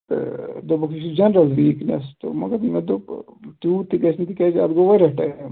تہٕ دوٚپکھ یہِ چھُ جَنرَل ویٖکنٮ۪س تہٕ مگر یہِ مےٚ دوٚپ تیوٗت تہِ گژھِ نہٕ تِکیازِ اَتھ گوٚو واریاہ ٹایم